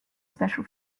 special